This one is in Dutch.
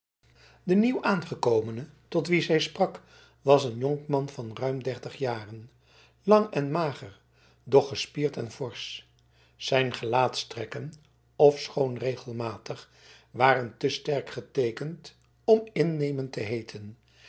de nieuwaangekomene tot wien zij sprak was een jonkman van ruim dertig jaren lang en mager doch gespierd en forsch zijn gelaatstrekken ofschoon regelmatig waren te sterk geteekend om innemend te heeten